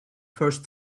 first